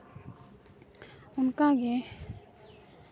ᱚᱱᱠᱟᱜᱮ